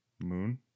Moon